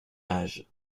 mages